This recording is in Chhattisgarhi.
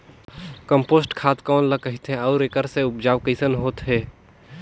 कम्पोस्ट खाद कौन ल कहिथे अउ एखर से उपजाऊ कैसन होत हे?